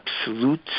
absolute